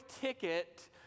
ticket